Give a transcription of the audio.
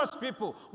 people